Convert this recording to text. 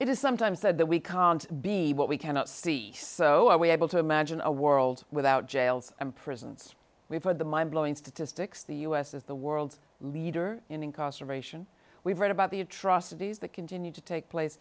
it is sometimes said that we can't be what we cannot see so are we able to imagine a world without jails and prisons we've heard the mind blowing statistics the us is the world's leader in incarceration we've read about the atrocities that continue to take place